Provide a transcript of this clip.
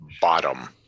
bottom